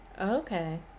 Okay